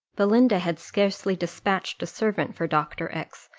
belinda had scarcely despatched a servant for dr. x,